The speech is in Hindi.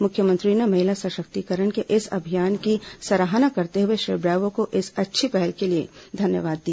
मुख्यमंत्री ने महिला सशक्तिकरण के इस अभियान की सराहना करते हुए श्री ब्रावो को इस अच्छी पहल के लिए धन्यवाद दिया